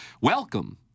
Welcome